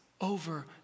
over